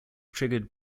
triggered